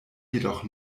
jedoch